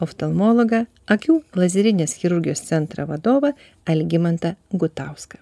oftalmologą akių lazerinės chirurgijos centro vadovą algimantą gutauską